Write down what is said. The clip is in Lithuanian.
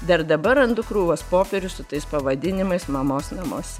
dar dabar randu krūvas popierių su tais pavadinimais mamos namuose